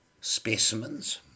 Specimens